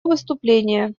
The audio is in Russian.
выступление